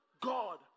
God